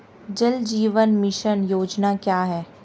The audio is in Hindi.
जल जीवन मिशन योजना क्या है?